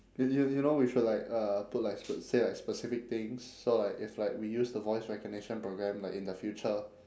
you you you know we should like uh put like sp~ say like specific things so like if like we use the voice recognition programme like in the future